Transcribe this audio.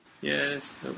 yes